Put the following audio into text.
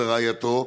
ורעייתו,